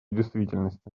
действительности